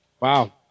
Wow